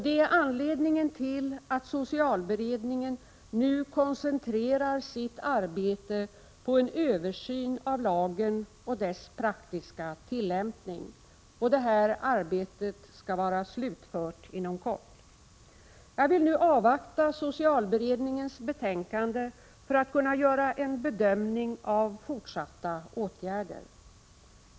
Det är anledningen till att socialberedningen nu koncentrerar sitt arbete på en översyn av lagen och dess praktiska tillämpning. Detta arbete skall vara slutfört inom kort. Jag vill nu avvakta socialberedningens betänkande för att kunna göra en bedömning av de fortsatta åtgärderna.